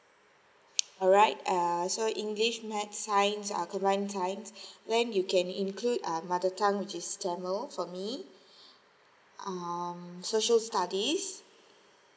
all right uh so english maths science uh combined science then you can include um mother tongue which is tamil for me um social studies